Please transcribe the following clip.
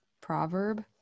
proverb